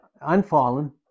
unfallen